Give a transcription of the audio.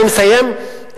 אני מסיים,